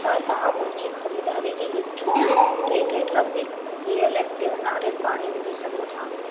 छा तव्हां मुंहिंजी ख़रीदारी जी लिस्ट में टे टेट्रा पैक रियल एक्टिव नारियल पाणी विझी सघो था